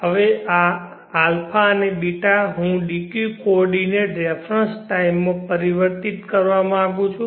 હવે આ ∝ અને β હું dq કોર્ડીનેટ રેફરન્સ ટાઈમ માં પરિવર્તિત કરવા માંગુ છું